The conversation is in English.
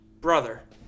brother